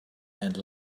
and